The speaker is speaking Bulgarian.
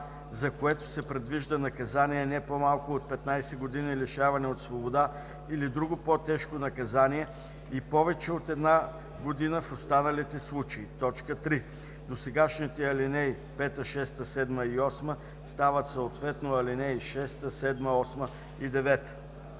за което се предвижда наказание не по-малко от 15 години лишаване от свобода или друго по-тежко наказание и повече от една година – в останалите случаи.“ 3. Досегашните ал. 5, 6, 7 и 8 стават съответно ал. 6, 7, 8 и 9.“